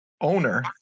owner